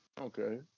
Okay